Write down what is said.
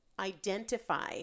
identify